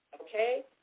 okay